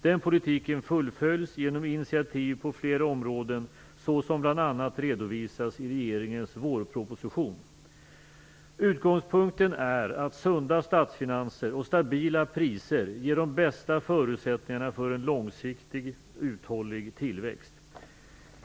Den politiken fullföljs genom initiativ på flera områden såsom bl.a. redovisas i regeringens vårproposition. Utgångspunkten är att sunda statsfinanser och stabila priser ger de bästa förutsättningarna för en långsiktigt uthållig tillväxt.